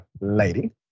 lady